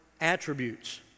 attributes